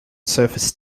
surface